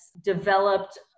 developed